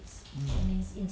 mm